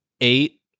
eight